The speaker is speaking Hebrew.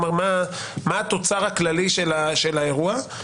כלומר, מה התוצר הכללי של האירוע.